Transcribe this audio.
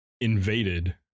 invaded